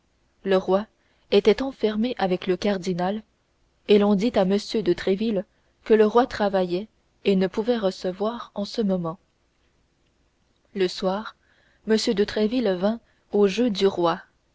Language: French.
le roi était enfermé avec le cardinal et l'on dit à m de tréville que le roi travaillait et ne pouvait recevoir en ce moment le soir m de tréville vint au jeu du roi